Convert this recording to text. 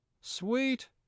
sweet